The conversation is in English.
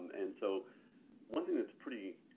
and so one thing that's pretty